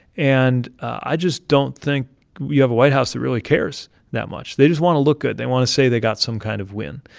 and i just don't think we have a white house that really cares that much. they just want to look good. they want to say they got some kind of win.